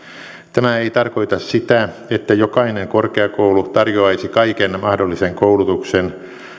tämä ei tarkoita sitä että jokainen korkeakoulu tarjoaisi kaiken mahdollisen koulutuksen